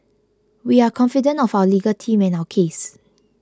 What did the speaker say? we are confident of our legal team and our case